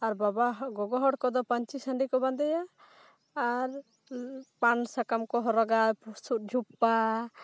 ᱟᱨ ᱵᱟᱵᱟ ᱜᱚᱜᱚ ᱦᱚᱲ ᱠᱚᱫᱚ ᱯᱟ ᱧᱪᱤ ᱥᱟ ᱲᱤ ᱠᱚ ᱵᱟᱸᱫᱮᱭᱟ ᱟᱨ ᱯᱟᱱ ᱥᱟᱠᱟᱢ ᱠᱚ ᱦᱚᱨᱚᱜᱟ ᱥᱩᱫ ᱡᱷᱩᱯᱯᱟ